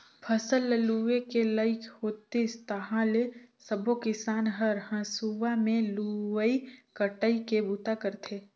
फसल ल लूए के लइक होतिस ताहाँले सबो किसान हर हंसुआ में लुवई कटई के बूता करथे